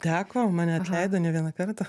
teko mane atleido ne vieną kartą